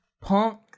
punk